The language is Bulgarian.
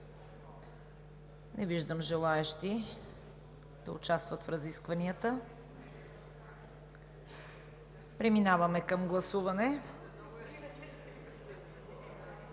Не виждам желаещи да участват в разискванията. Преминаваме към гласуване.